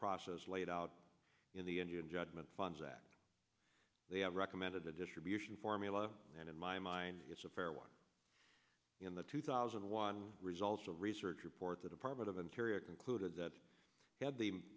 process laid out in the end you in judgment funds that they have recommended the distribution formula and in my mind it's a fair one in the two thousand and one results of read surge report the department of interior concluded that had the